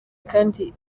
kandi